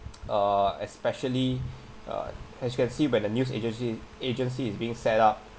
uh especially uh as you can see when the news agency agency is being set-up